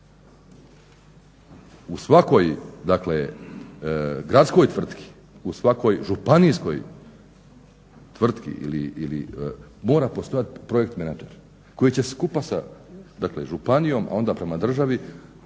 dakle gradskoj tvrtki, u svakoj županijskoj tvrtki mora postojat projekt menadžer koji će skupa sa županijom, a onda prema državi